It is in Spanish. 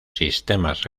sistemas